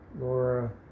Laura